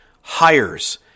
hires